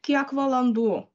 kiek valandų